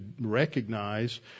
recognize